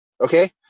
Okay